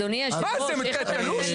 זה תלוש?